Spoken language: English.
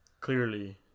Clearly